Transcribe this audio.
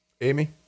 Amy